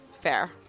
Fair